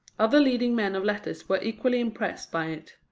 other leading men of letters were equally impressed by it.